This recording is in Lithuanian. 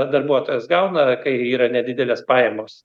darbuotojas gauna kai yra nedidelės pajamos